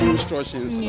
Instructions